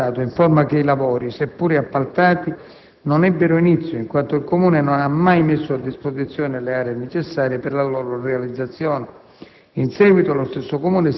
La società Ferrovie dello Stato informa che i lavori, seppure appaltati, non ebbero inizio in quanto il Comune non ha mai messo a disposizione le aree necessarie per la loro realizzazione.